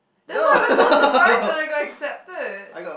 that's why I got so surprised when I got accepted